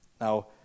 Now